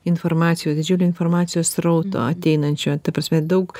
informacijos didžiulio informacijos srauto ateinančio ta prasme daug